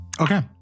Okay